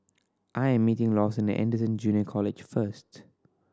I am meeting Lawson at Anderson Junior College first